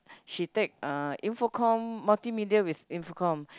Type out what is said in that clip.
she take uh Infocom multimedia with Infocom